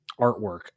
artwork